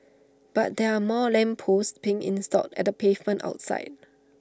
but there are more lamp posts being installed at the pavement outside